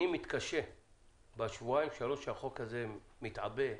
אני מתקשה בשבועיים שלושה שהחוק הזה מתהווה,